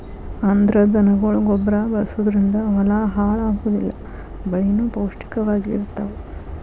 ಅಂದ್ರ ದನಗೊಳ ಗೊಬ್ಬರಾ ಬಳಸುದರಿಂದ ಹೊಲಾ ಹಾಳ ಆಗುದಿಲ್ಲಾ ಬೆಳಿನು ಪೌಷ್ಟಿಕ ವಾಗಿ ಇರತಾವ